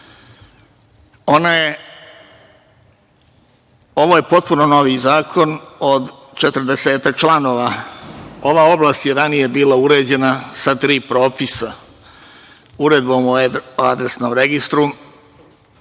je potpuno novi zakon od 40-ak članova. Ova oblast je ranije bila uređena sa tri propisa: Uredbom o adresnom registru,